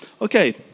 Okay